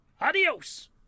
Adios